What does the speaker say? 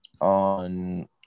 on